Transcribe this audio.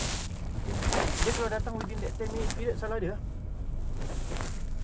actually aku nak tengok jer actually aku dah pergi tampines lepas ni aku ada window installation